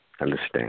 Understand